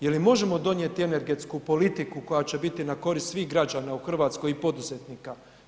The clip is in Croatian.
Je li možemo donijeti energetsku politiku koja će biti na korist svih građana u Hrvatskoj i poduzetnika.